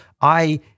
I-